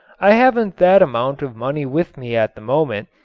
i haven't that amount of money with me at the moment,